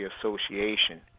Association